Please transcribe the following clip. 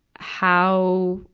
how,